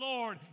Lord